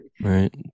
right